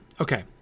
Okay